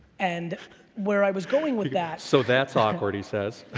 and where i was going with that, so that's awkward he says.